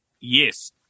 Yes